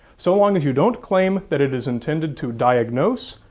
so long as you don't claim that it is intended to diagnose,